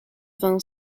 vingts